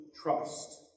trust